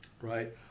right